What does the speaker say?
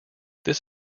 this